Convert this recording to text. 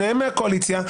שניהם מהקואליציה,